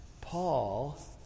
Paul